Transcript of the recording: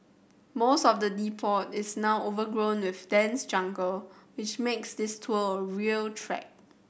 most of the depot is now overgrown with dense jungle which makes this tour a real trek